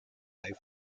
type